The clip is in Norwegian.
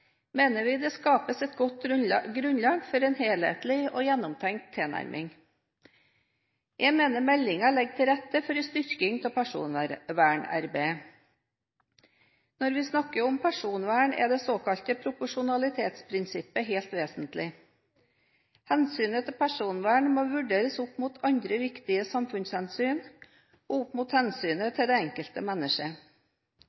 mener vi det skapes et godt grunnlag for en helhetlig og gjennomtenkt tilnærming. Jeg mener meldingen legger til rette for en styrking av personvernarbeidet. Når vi snakker om personvern, er det såkalte proporsjonalitetsprinsippet helt vesentlig. Hensynet til personvern må vurderes opp mot andre viktige samfunnshensyn og opp mot hensynet